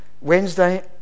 Wednesday